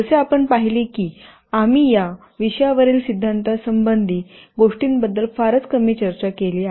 जसे आपण पाहिले आहे की आम्ही या विषयावरील सिद्धांता संबंधी गोष्टींबद्दल फारच कमी चर्चा केली आहे